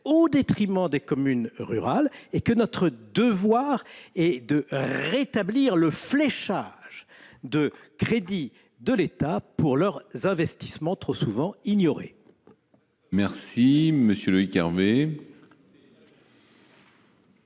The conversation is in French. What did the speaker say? au détriment des communes rurales et que notre devoir est de rétablir le fléchage des crédits de l'État vers leurs investissements, qui sont trop souvent ignorés.